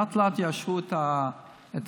לאט-לאט, יאשרו את ה-500,